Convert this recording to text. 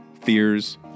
fears